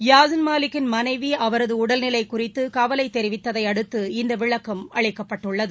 யாசின் மாலிக்கின் மனைவி அவரது உடல்நிலை குறித்து கவலை தெரிவித்ததையடுத்து இந்த விளக்கம் அளிக்கப்பட்டுள்ளது